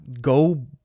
Go